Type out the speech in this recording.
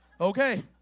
Okay